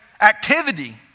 activity